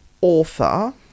author